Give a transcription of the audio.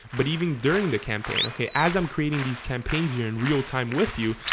but even during the campaign okay, as i'm creating these campaigns. you're in real-time with you.